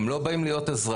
הם לא באים להיות אזרחים.